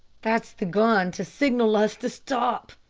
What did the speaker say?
that's the gun to signal us to stop,